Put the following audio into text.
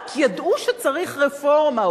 רק ידעו שצריך רפורמה,